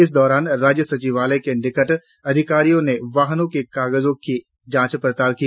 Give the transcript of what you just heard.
इस दौरान राज्य सचिवालय के निकट अधिकारियिओं ने वाहनों के कागजों की जांच पड़ताल की